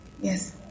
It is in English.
Yes